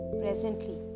presently